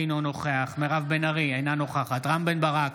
אינו נוכח מירב בן ארי, אינה נוכחת רם בן ברק